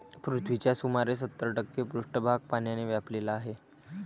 पृथ्वीचा सुमारे सत्तर टक्के पृष्ठभाग पाण्याने व्यापलेला आहे